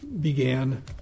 began